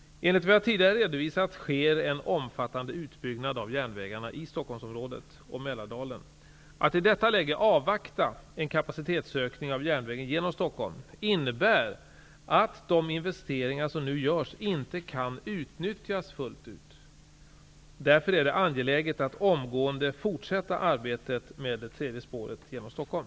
Enligt vad jag tidigare redovisat sker en omfattande utbyggnad av järnvägarna i Stockholmsområdet och Mälardalen. Att i detta läge avvakta en kapacitetsökning av järnvägen genom Stockholm innebär att de investeringar som nu görs inte kan utnyttjas full ut. Därför är det angeläget att omgående fortsätta arbetet med det tredje spåret genom Stockholm.